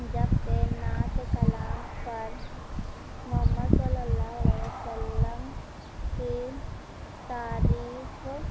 جبکہ نعت کلام پر محمد صلی اللہ علیہ وسلم کی تعریف